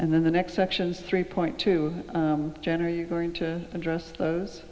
and then the next sections three point two general you are going to address those